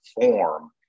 form